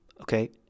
Okay